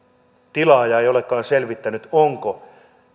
tilaaja ei olekaan selvittänyt onko